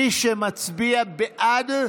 מי שמצביע בעד,